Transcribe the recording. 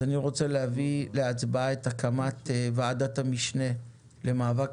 אני רוצה להביא להצבעה את הקמת ועדת המשנה למאבק